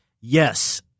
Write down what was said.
Yes